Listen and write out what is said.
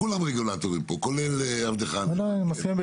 כולם רגולטורים פה, כולל עבדך הנאמן.